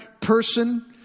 person